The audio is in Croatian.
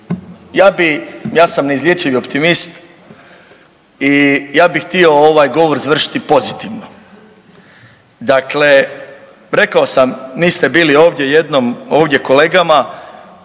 ja sam neizlječivi optimist i ja bih htio ovaj govor završiti pozitivno. Dakle, rekao sam niste bili ovdje jednom, ovdje kolegama